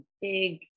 big